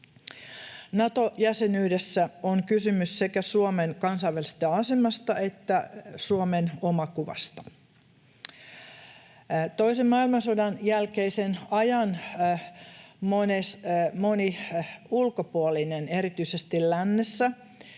Nato-jäsenyydessä on kysymys sekä Suomen kansainvälisestä asemasta että Suomen omakuvasta. Toisen maailmansodan jälkeisen ajan moni ulkopuolinen erityisesti lännessä